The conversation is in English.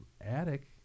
attic